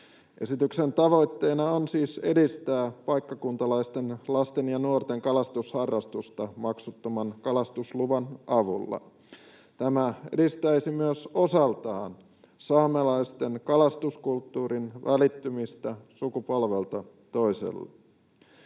Esityksen tavoitteena on siis edistää paikkakuntalaisten lasten ja nuorten kalastusharrastusta maksuttoman kalastusluvan avulla. Tämä edistäisi myös osaltaan saamelaisten kalastuskulttuurin välittymistä sukupolvelta toiselle.